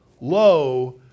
low